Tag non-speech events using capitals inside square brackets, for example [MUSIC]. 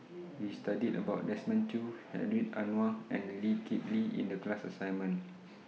We studied about Desmond Choo Hedwig Anuar and Lee Kip Lee in The class assignment [NOISE]